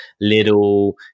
little